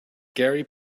gary